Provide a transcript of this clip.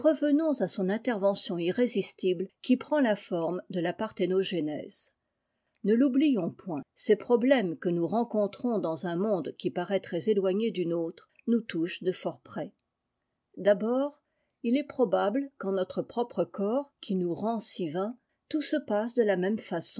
revenons à son intervention irrésistible qui prend la forme de la parthénogenèse ne l'oublions point ces problèmes que nous renlontrons dans un monde qui paraît très éloigné isd nôtre nous touchent de fort près d'abord il est probable qu'en notre propre corps qui nous rend si vains tout se passe de la même façon